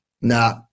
nah